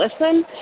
listen